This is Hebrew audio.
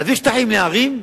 להזיז שטחים מהערים,